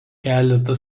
keletą